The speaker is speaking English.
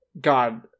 God